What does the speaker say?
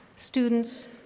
Students